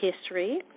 History